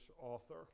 author